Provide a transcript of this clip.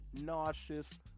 nauseous